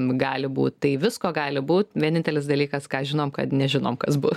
gali būt tai visko gali būt vienintelis dalykas ką žinom kad nežinom kas bus